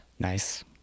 Nice